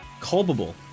culpable